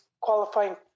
qualifying